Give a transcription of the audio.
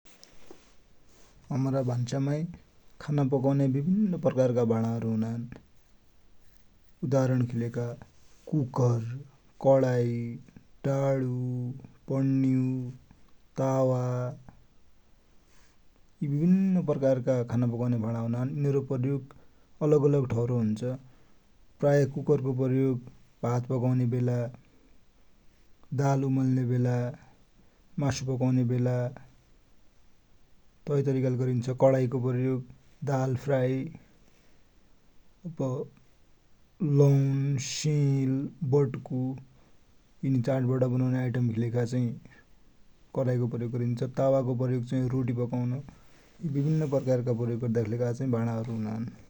हमरा भान्सा माइ खाना पकौन्या बिभिन्न प्रकारका भाडाहरु हुनान। उदाहरण कि लेखा कुकर, कराइ, डाडू, पन्यू, तावा। यि बिभिन्न प्रकारका खाना पकौन्या भाडा हुनान। यिनरो प्रयोग अलग अलग ठउर हुन्छ। प्राय कुकर को प्रयोग भात पकौने बेला, दाल उमाल्ने बेला, मासु पकौने बेला तै तरिका ले गरिन्छ। कराइ को प्रयोग दाल फ्राइ अह्ह लौन, सेल, बत्कु यिनि चाडबाड मा बनौने आइटम कि लेखा कराइ को प्रयोग गरिन्छ्। तावा को प्रयोग चाइ रोटी पकाउन। यि बिभिन्न प्रयोग गर्दा कि भाडा हरु हुनान ।